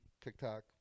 TikTok